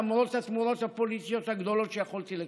למרות התמורות הפוליטיות הגדולות שיכולתי לקבל.